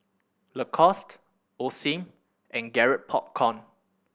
Lacoste Osim and Garrett Popcorn